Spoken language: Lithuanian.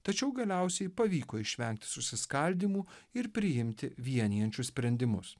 tačiau galiausiai pavyko išvengti susiskaldymų ir priimti vienijančius sprendimus